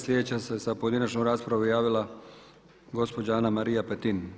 Sljedeća se za pojedinačnu raspravu javila gospođa Ana-Marija Petin.